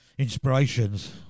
inspirations